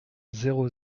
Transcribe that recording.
zéro